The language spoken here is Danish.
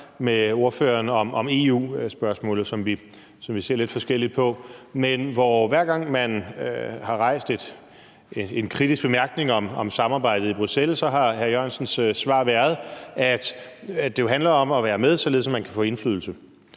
med ordføreren om EU-spørgsmålet, som vi ser lidt forskelligt på, men hvor hr. Jan E. Jørgensens svar, hver gang man har rejst en kritisk bemærkning om samarbejdet i Bruxelles, har været, at det handler om at være med, således at man kan få indflydelse.